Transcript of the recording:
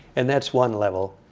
and that's one level.